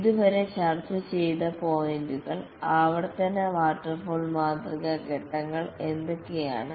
ഇതുവരെ ചർച്ച ചെയ്ത പോയിന്റുകൾ ഇറ്ററേറ്റിവ് വാട്ടർഫാൾ മാതൃക ഘട്ടങ്ങൾ എന്തൊക്കെയാണ്